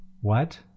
What